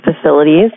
facilities